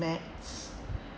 maths